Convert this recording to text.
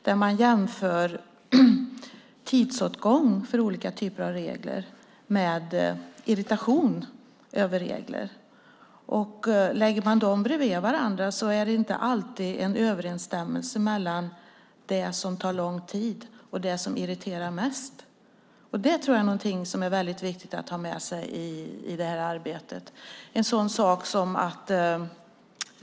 Där jämför man tidsåtgången för olika typer av regler med irritationen över dem. Lägger man dem bredvid varandra kan man inte alltid finna någon överensstämmelse mellan det som tar lång tid och det som irriterar mest. Det tror jag är något som är viktigt att ha med sig i det här arbetet.